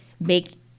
make